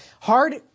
Hard